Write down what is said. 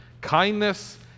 Kindness